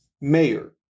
mayor